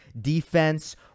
defense